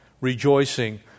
Rejoicing